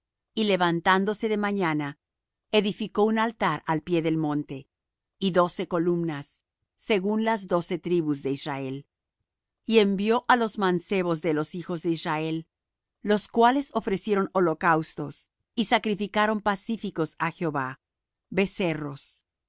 y levantándose de mañana edificó un altar al pie del monte y doce columnas según las doce tribus de israel y envió á los mancebos de los hijos de israel los cuales ofrecieron holocaustos y sacrificaron pacíficos á jehová becerros